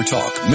Talk